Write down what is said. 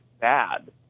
bad